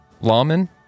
lawman